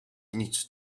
nic